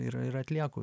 ir ir atlieku